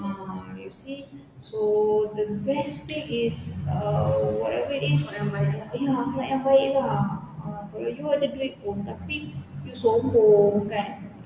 ah you see so the best thing is uh whatever it is ya buat yang baik lah kalau you ada duit pun tapi you sombong kan